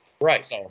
Right